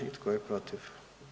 I tko je protiv?